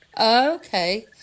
Okay